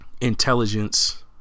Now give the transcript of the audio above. intelligence